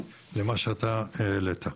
התכנית הנדונה הייתה